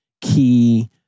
key